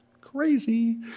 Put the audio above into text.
Crazy